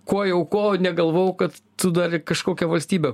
ko jau ko negalvojau kad tu dar ir kažkokią valstybę